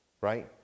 Right